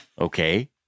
Okay